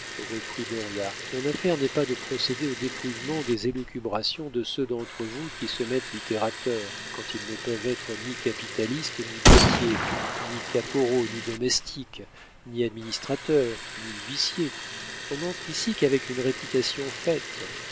reprit dauriat mon affaire n'est pas de procéder au dépouillement des élucubrations de ceux d'entre vous qui se mettent littérateurs quand ils ne peuvent être ni capitalistes ni bottiers ni caporaux ni domestiques ni administrateurs ni huissiers on n'entre ici qu'avec une réputation faite